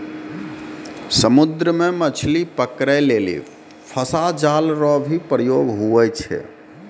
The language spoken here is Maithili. समुद्र मे मछली पकड़ै लेली फसा जाल रो भी प्रयोग हुवै छै